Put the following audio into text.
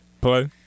Play